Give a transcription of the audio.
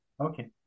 okay